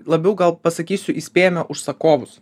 labiau gal pasakysiu įspėjame užsakovus